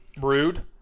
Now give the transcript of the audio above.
Rude